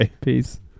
Peace